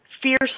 fierce